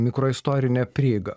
mikroistorinė prieiga